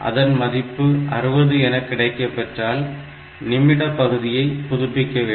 அதன் மதிப்பு 60 என கிடைக்கப்பெற்றால் நிமிட பகுதியை புதுப்பிக்க வேண்டும்